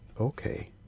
Okay